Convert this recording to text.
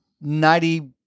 ninety